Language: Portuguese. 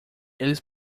eles